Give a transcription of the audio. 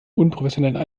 unprofessionellen